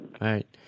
Right